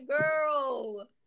girl